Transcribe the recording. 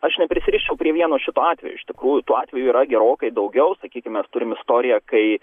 aš neprisirisčiau prie vieno šito atvejo iš tikrųjų tų atvejų yra gerokai daugiau sakykim mes turim istoriją kai